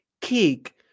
kick